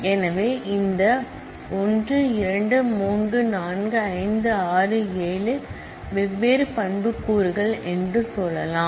எனவே இந்த 1 2 3 4 5 6 7 வெவ்வேறு ஆட்ரிபூட் கள் என்று சொல்லலாம்